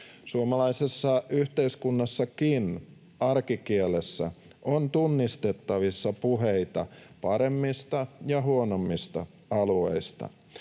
Suomalaisessa yhteiskunnassakin arkikielessä on tunnistettavissa puheita paremmista ja huonommista alueista.